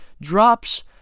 Drops